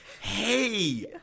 hey